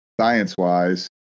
science-wise